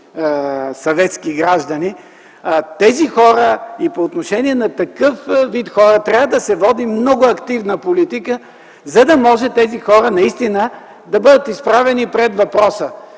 граждани. По отношение на такъв вид хора трябва да се води много активна политика, за да може тези хора наистина да бъдат изправени пред въпроса